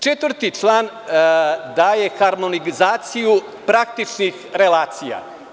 Četvrti član daje harmonizaciju praktičnih relacija.